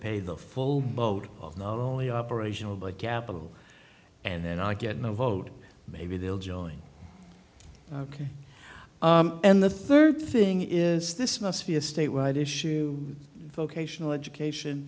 pay the full boat not only operational but capital and then i get no vote maybe they'll join and the third thing is this must be a state wide issue vocational education